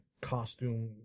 costume